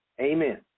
Amen